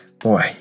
Boy